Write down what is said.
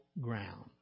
ground